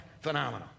Phenomenal